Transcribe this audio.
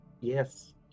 Yes